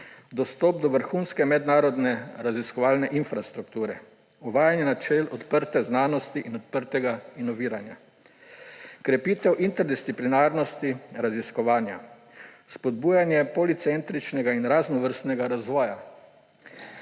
dostop do vrhunske mednarodne raziskovalne infrastrukture; uvajanje načel odprte znanosti in odprtega inoviranja; krepitev interdisciplinarnosti raziskovanja; spodbujanje policentričnega in raznovrstnega razvoja;